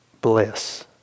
bliss